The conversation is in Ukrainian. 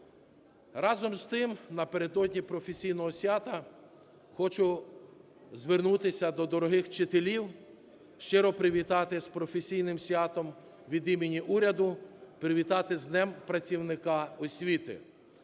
Разом з тим, напередодні професійного свята хочу звернутися до дорогих вчителів, щиро привітати з професійним святом від імені уряду, привітати з Днем працівника освіти.